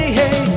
hey